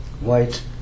White